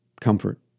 comfort